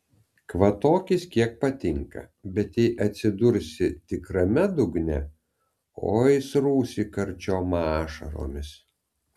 kvatokis kiek patinka bet jei atsidursi tikrame dugne oi srūsi karčiom ašaromis